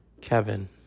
Kevin